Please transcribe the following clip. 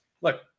look